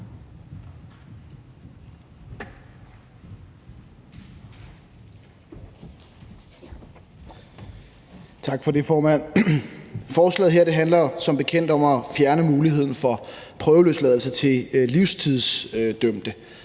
Tak for det, formand. Forslaget her handler som bekendt om at fjerne muligheden for prøveløsladelse til livstidsdømte.